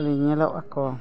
ᱧᱮᱞᱚᱜ ᱟᱠᱚ